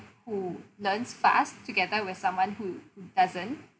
who learns fast together with someone who doesn't